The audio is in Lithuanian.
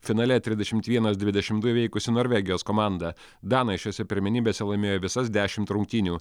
finale trisdešimt vienas dvidešimt du įveikusi norvegijos komandą danai šiose pirmenybėse laimėjo visas dešimt rungtynių